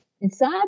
inside